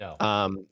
No